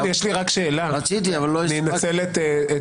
מתן, יש לי רק שאלה, אני אנצל את מקומי.